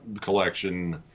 collection